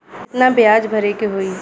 कितना ब्याज भरे के होई?